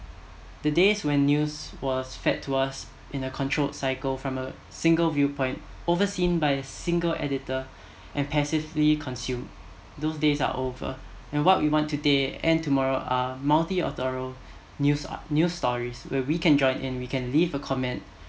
the days when news was fed to us in a controlled cycle from a single view point over seen by single editor and passively consumed those days are over and what we want today and tomorrow are multi authorial news news stories where we can join and we can leave a comment